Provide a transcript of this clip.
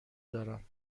دارم